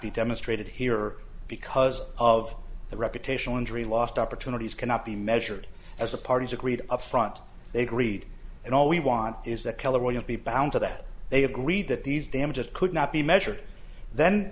be demonstrated here because of the reputational injury lost opportunities cannot be measured as the parties agreed up front they agreed and all we want is that keller williams be bound to that they agreed that these damn just could not be measured then